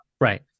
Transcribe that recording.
right